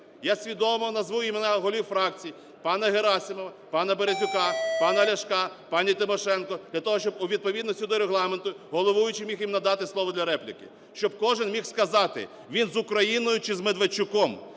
Я свідомо назву імена голів фракцій: пана Герасимова, пана Березюка, пана Ляшка, пані Тимошенко – для того, щоб у відповідності до регламенту, головуючий міг їм надати слово для репліки. Щоб кожен міг сказати, він з Україною чи з Медведчуком,